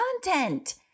content